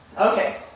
Okay